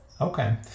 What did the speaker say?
okay